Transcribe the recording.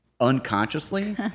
unconsciously